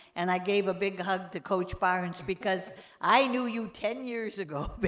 and i gave a big hug to coach barnes, because i knew you ten years ago, but